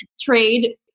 Trade